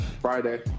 Friday